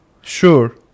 Sure